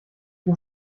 ruf